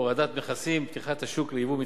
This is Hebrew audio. הורדת מכסים ופתיחת השוק ליבוא מתחרה.